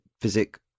physics